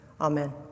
Amen